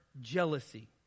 jealousy